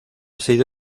sido